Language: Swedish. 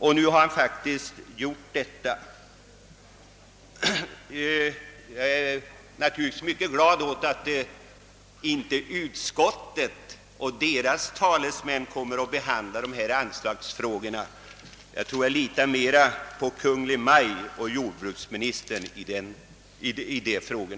Nu har han faktiskt gjort det. Jag är naturligtvis mycket glad åt att det inte är utskottet och dess talesmän som kommer att behandla dessa anslagsfrågor. Jag tror jag litar mer på Kungl. Maj:t och jordbruksministern i dessa frågor.